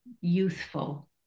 youthful